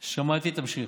שמעתי, תמשיך.